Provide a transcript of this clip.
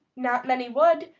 not many would,